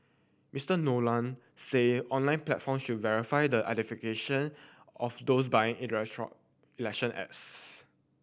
Mister Nolan said online platforms should verify the of those buying election ads